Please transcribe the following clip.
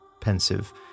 pensive